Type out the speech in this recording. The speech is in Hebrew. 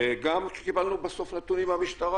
וגם כשקיבלנו בסוף נתונים מהמשטרה,